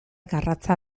garratza